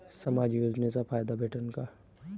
समाज योजनेचा फायदा भेटन का?